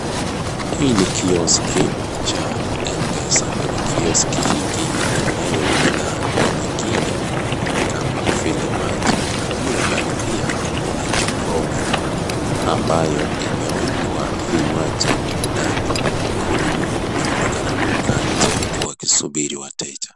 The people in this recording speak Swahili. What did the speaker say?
Hii ni kioski cha M-PESA. Kwenye kioski hiki kunayo bidhaa nyingine kama vile maji, mle ndani pia kuna jokovu ambayo imewekwa vinywaji ndani. Wahudumu wanaonekana kukaa nje uku wakisubiri wateja.